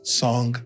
song